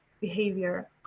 behavior